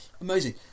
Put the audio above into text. Amazing